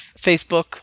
Facebook